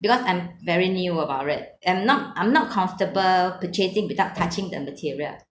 because I'm very new about it I'm not I'm not comfortable purchasing without touching the material